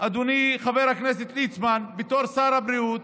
אדוני חבר הכנסת ליצמן, בתור שר הבריאות,